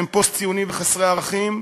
שהם פוסט-ציונים וחסרי ערכים,